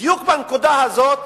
בדיוק בנקודה הזאת